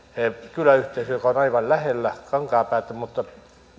kyläyhteisö joka on aivan lähellä kankaanpäätä mutta